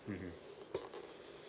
mmhmm